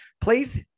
please